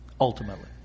ultimately